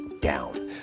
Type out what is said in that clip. down